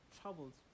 troubles